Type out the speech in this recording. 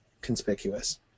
conspicuous